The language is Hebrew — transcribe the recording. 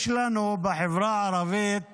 יש לנו בחברה הערבית